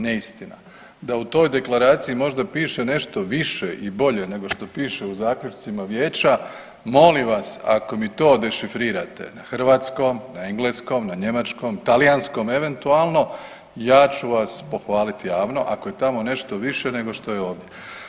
Neistina, da u toj deklaraciji možda piše nešto više i bolje nego što piše u zaključcima vijeća, molim vas ako mi to dešifrirate na hrvatskom, na engleskom, na njemačkom, talijanskom eventualno ja ću vas pohvaliti javno, ako je tamo nešto više nego što je ovdje.